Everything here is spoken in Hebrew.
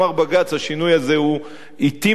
השינוי הזה הוא אטי מדי,